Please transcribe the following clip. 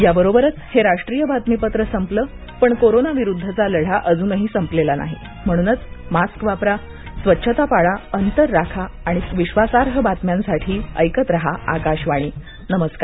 याबरोबरच हे राष्ट्रीय बातमीपत्र संपलं पण कोरोना विरुद्धचा लढा अजून संपलेला नाही म्हणूनच मास्क वापरा स्वच्छता पाळा अंतर राखा आणि विश्वासार्ह बातम्यांसाठी ऐकत रहा आकाशवाणी नमस्कार